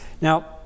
Now